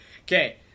Okay